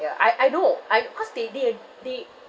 ya I I know I because they they uh they